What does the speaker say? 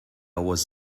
was